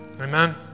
Amen